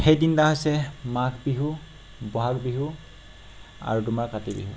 সেই তিনিটা হৈছে মাঘ বিহু বহাগ বিহু আৰু তোমাৰ কাতি বিহু